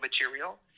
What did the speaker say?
material